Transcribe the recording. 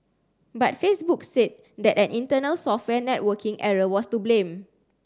but Facebook said that an internal software networking error was to blame